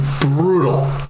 brutal